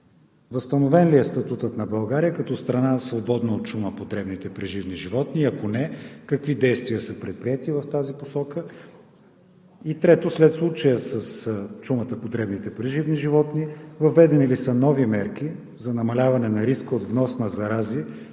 Възстановен ли е статутът на България като страна, свободна от чума по дребните преживни животни, и ако не какви действия са предприети в тази посока? Трето, след случая с чумата по дребните преживни животни въведени ли са нови мерки за намаляване на риска от внос на зарази